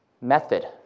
method